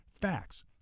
facts